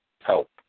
help